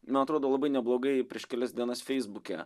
man atrodo labai neblogai prieš kelias dienas feisbuke